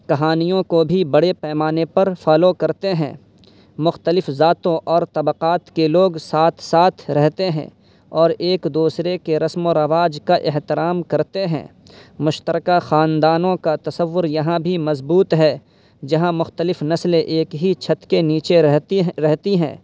کہانیوں کو بھی بڑے پیمانے پر فالو کرتے ہیں مختلف ذاتوں اور طبقات کے لوگ ساتھ ساتھ رہتے ہیں اور ایک دوسرے کے رسم و رواج کا احترام کرتے ہیں مشترکہ خاندانوں کا تصور یہاں بھی مضبوط ہے جہاں مختلف نسلیں ایک ہی چھت کے نیچے رہتی ہیں رہتی ہیں